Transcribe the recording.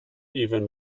even